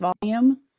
volume